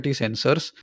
sensors